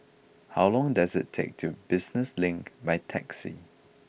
how long does it take to Business Link by taxi